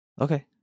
Okay